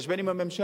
ולהתחשבן עם הממשלה.